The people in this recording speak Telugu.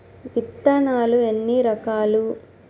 విత్తనాలు ఎన్ని రకాలు?